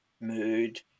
mood